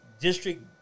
district